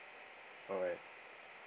alright